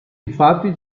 infatti